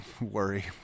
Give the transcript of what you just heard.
Worry